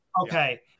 Okay